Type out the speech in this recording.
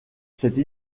cette